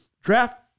draft